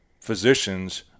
physicians